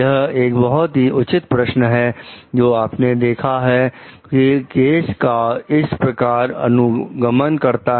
यह एक बहुत ही उचित प्रश्न है जो आपने देखा है कि केस का इस प्रकार अनुगमन करता है